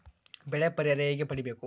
ಬೆಳೆ ಪರಿಹಾರ ಹೇಗೆ ಪಡಿಬೇಕು?